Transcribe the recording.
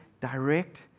direct